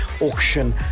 auction